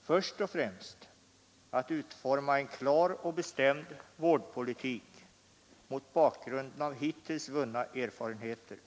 Först och främst att utforma en klar och bestämd vårdpolitik mot bakgrunden av hittills vunna erfarenheter.